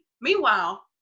Meanwhile